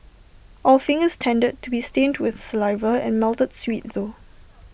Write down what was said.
our fingers tended to be stained with saliva and melted sweet though